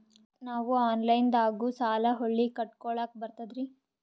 ನಾವು ಆನಲೈನದಾಗು ಸಾಲ ಹೊಳ್ಳಿ ಕಟ್ಕೋಲಕ್ಕ ಬರ್ತದ್ರಿ?